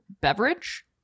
beverage